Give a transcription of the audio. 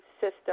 system